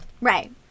right